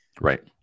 right